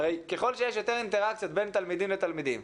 הרי ככל שיש יותר אינטראקציות בין תלמידים לתלמידים,